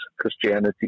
Christianity